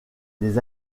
les